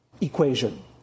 equation